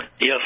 yes